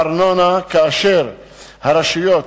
הרשויות,